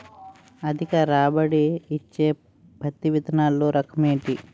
అధిక రాబడి ఇచ్చే పత్తి విత్తనములు రకం ఏంటి?